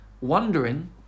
wondering